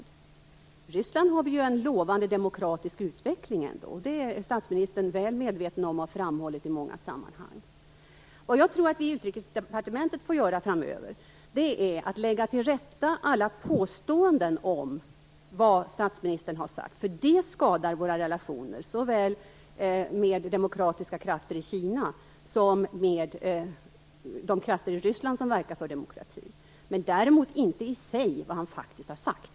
I Ryssland finns det ändå en lovande demokratiskt utveckling. Det är statsministern väl medveten om, och det har han framhållit i många sammanhang. Vad jag tror att vi på Utrikesdepartementet får göra framöver är att lägga till rätta alla påståenden om vad statsministern har sagt, för de skadar våra relationer, såväl med demokratiska krafter i Kina som med de krafter i Ryssland som verkar för demokrati. Det gäller däremot inte det han faktiskt har sagt.